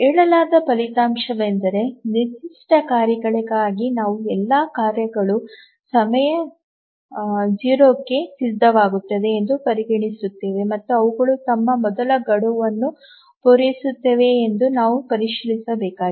ಹೇಳಲಾದ ಫಲಿತಾಂಶವೆಂದರೆ ನಿರ್ದಿಷ್ಟ ಕಾರ್ಯಗಳಿಗಾಗಿ ನಾವು ಎಲ್ಲಾ ಕಾರ್ಯಗಳು ಸಮಯ 0 ಕ್ಕೆ ಸಿದ್ಧವಾಗುತ್ತವೆ ಎಂದು ಪರಿಗಣಿಸುತ್ತೇವೆ ಮತ್ತು ಅವುಗಳು ತಮ್ಮ ಮೊದಲ ಗಡುವನ್ನು ಪೂರೈಸುತ್ತವೆಯೇ ಎಂದು ನಾವು ಪರಿಶೀಲಿಸಬೇಕಾಗಿದೆ